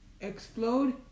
explode